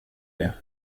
det